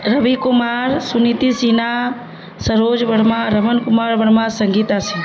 Ravi Kumar Suniti Sinha Saroj Verma Raman Kumar Rama Sangita Singh